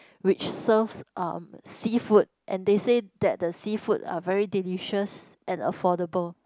which serves uh seafood and they say that the seafood are very delicious and affordable